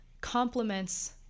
complements